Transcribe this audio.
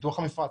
פיתוח המפרץ.